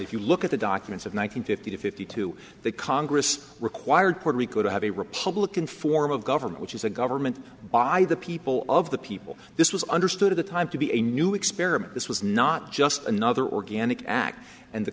if you look at the documents of one hundred fifty to fifty two the congress required puerto rico to have a republican form of government which is a government by the people of the people this was understood at the time to be a new experiment this was not just another organic act and the